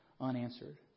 unanswered